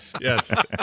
Yes